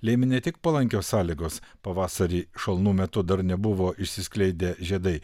lėmė ne tik palankios sąlygos pavasarį šalnų metu dar nebuvo išsiskleidę žiedai